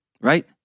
right